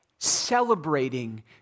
celebrating